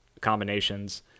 combinations